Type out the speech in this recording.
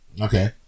Okay